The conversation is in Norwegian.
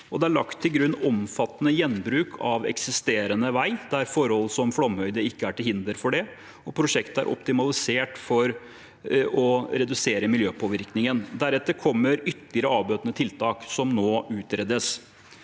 Det er lagt til grunn omfattende gjenbruk av eksisterende vei der forhold som flomhøyde ikke er til hinder for det, og prosjektet er optimalisert for å redusere miljøpåvirkningen. Deretter kommer ytterligere avbøtende tiltak som nå utredes.